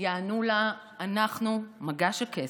/ יענו לה: אנחנו מגש הכסף,